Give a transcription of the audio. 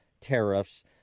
tariffs